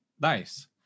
Nice